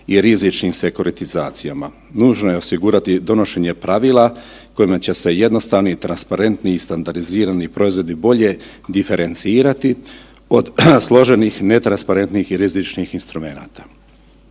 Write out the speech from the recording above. i rizičnim sekuritizacijama. Nužno je osigurati donošenje pravila kojima će se jednostavni, transparentni i standardizirani proizvodi bolje diferencirati od složenih netransparentnih i rizičnih instrumenata.